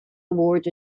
awards